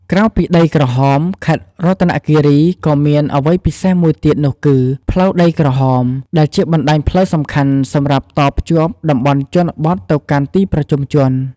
ក្រៅពីដីក្រហម ខេត្តរតនគិរីក៏មានអ្វីពិសេសមួយទៀតនោះគឺ ផ្លូវដីក្រហម ដែលជាបណ្តាញផ្លូវសំខាន់សម្រាប់តភ្ជាប់តំបន់ជនបទទៅកាន់ទីប្រជុំជន។